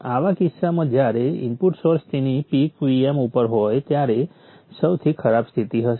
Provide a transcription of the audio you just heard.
આવા કિસ્સામાં જ્યારે ઇનપુટ સોર્સ તેની પીક Vm ઉપર હોય ત્યારે સૌથી ખરાબ સ્થિતિ હશે